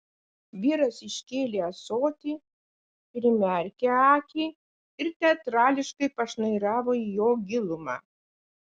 vyras iškėlė ąsotį primerkė akį ir teatrališkai pašnairavo į jo gilumą